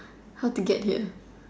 how to get dinner